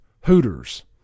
Hooters